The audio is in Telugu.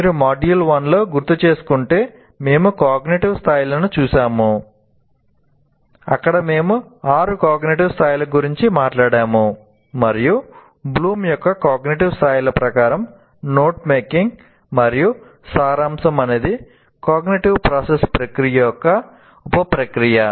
మీరు మాడ్యూల్ 1 లో గుర్తుచేసుకుంటే మేము కాగ్నిటివ్ ప్రాసెస్ ప్రక్రియ యొక్క యొక్క ఉప ప్రక్రియ